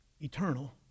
eternal